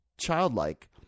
childlike